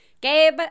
Gabe